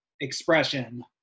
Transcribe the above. expression